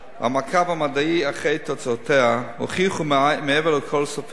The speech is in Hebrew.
והמעקב המדעי אחרי תוצאותיה, הוכיחו מעבר לכל ספק